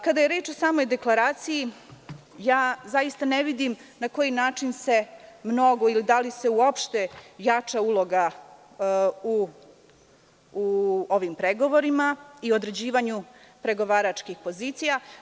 Kada je reč o samoj deklaraciji, zaista ne vidim na koji način se mnogo ili da li se uopšte jača uloga u ovim pregovorima i određivanju pregovaračkih pozicija?